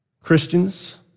Christians